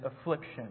affliction